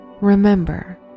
Remember